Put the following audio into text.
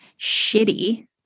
shitty